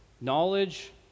Knowledge